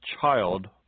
child